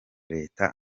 leta